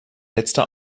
letzte